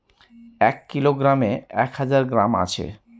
এক কিলোগ্রামে এক হাজার গ্রাম আছে